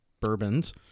bourbons